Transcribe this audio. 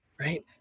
Right